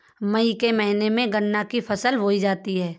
मई के महीने में गन्ना की फसल बोई जाती है